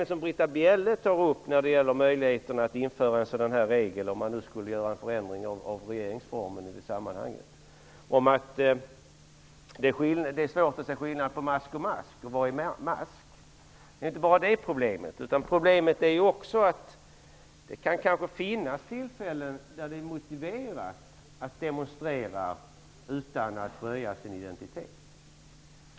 När det gäller möjligheten att införa en regel och förändra regeringsformen säger Britta Bjelle att det är svårt att se skillnad på mask och mask. Det är inte det enda problemet. Det kan kanske finnas tillfällen då det är motiverat att demonstrera utan att röja sin identitet.